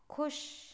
ਖੁਸ਼